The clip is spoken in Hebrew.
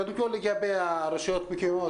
קודם כל, לגבי הרשויות המקומיות.